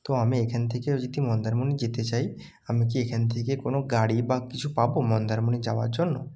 তো আমি এখান থেকেও যদি মন্দারমণি যেতে চাই আমি কি এখান থেকে কোনো গাড়ি বা কিছু পাবো মন্দারমণি যাওয়ার জন্য